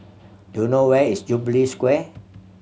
do you know where is Jubilee Square